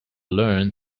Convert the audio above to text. learned